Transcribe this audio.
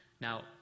now